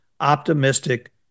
optimistic